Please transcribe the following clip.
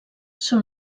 són